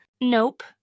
Nope